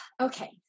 okay